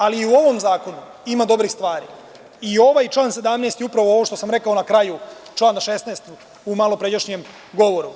Ali i u ovom zakonu ima dobrih stvari, i ovaj član 17. je upravo ovo što sam rekao na kraju člana 16. u malopređašnjem govoru.